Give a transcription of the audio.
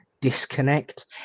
disconnect